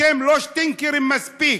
אתם לא שטינקרים מספיק.